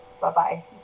Bye-bye